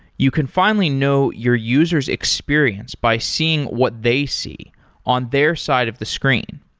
you can finally know your user s experience by seeing what they see on their side of the screen.